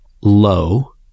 low